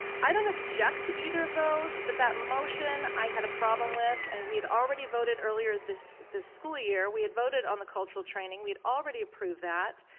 i don't object to either of those but that motion i had a problem with and we had already voted earlier this this school year, we had voted on the cultural training. we'd already approved that.